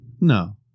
No